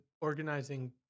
organizing